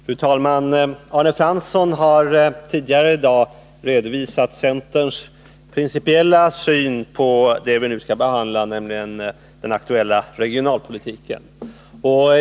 Fru talman! Arne Fransson har tidigare i dag redovisat centerns principiella syn på det vi nu behandlar, nämligen den aktuella regionalpolitiken.